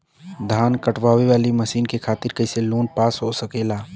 धान कांटेवाली मशीन के खातीर कैसे लोन पास हो सकेला?